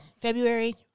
February